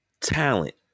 talent